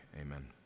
Amen